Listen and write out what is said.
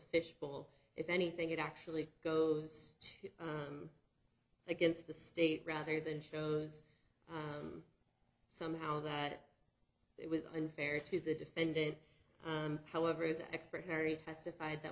fishbowl if anything it actually goes to against the state rather than shows somehow that it was unfair to the defendant however the expert mary testified that